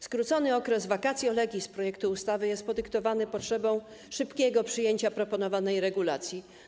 Skrócony okres vacatio legis projektu ustawy jest podyktowany potrzebą szybkiego przyjęcia proponowanej regulacji.